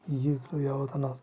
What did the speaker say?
ಈಗಲು ಯಾವುದನ್ನು